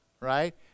right